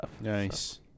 nice